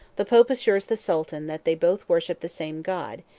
the pope assures the sultan that they both worship the same god,